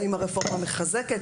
האם הרפורמה מחזקת,